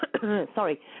sorry